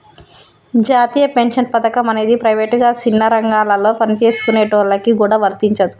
జాతీయ పెన్షన్ పథకం అనేది ప్రైవేటుగా సిన్న రంగాలలో పనిచేసుకునేటోళ్ళకి గూడా వర్తించదు